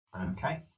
Okay